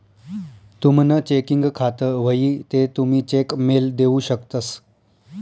तुमनं चेकिंग खातं व्हयी ते तुमी चेक मेल देऊ शकतंस